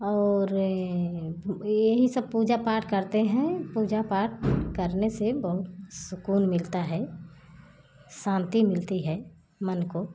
और यही सब पूजा पाठ करते हैं पूजा पाठ करने से बहुत सुकून मिलता है शांति मिलती है मन को